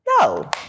No